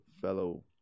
fellow